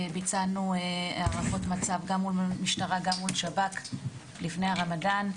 ביצענו הערכות מצב גם מול המשטרה וגם מול השב"כ לפני הרמדאן,